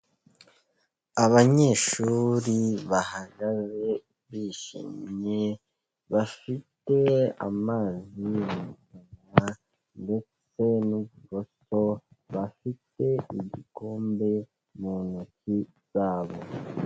Abanyeshuri bahagaze bishimye bafite amazi mukanwa ndetse n'uburoso bafite igikombe mu ntoki zabo.